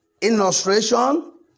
illustration